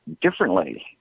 differently